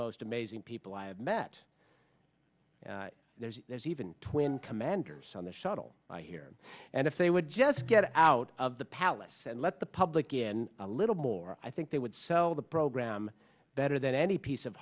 most amazing people i've met there's even twin commanders on the shuttle here and if they would just get out of the palace and let the public in a little more i think they would sell the program better than any piece of